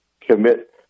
commit